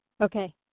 Okay